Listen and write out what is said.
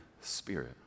Spirit